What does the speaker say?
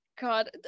God